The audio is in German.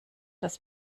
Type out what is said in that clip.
das